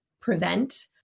prevent